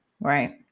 Right